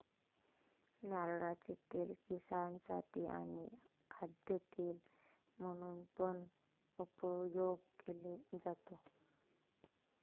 नारळाचे तेल केसांसाठी आणी खाद्य तेल म्हणून पण उपयोग केले जातो